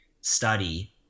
study